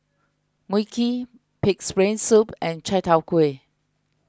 Mui Kee Pig's Brain Soup and Chai Tow Kway